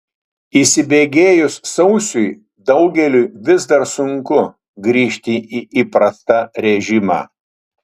įsibėgėjus sausiui daugeliui vis dar sunku grįžti į įprastą režimą